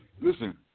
listen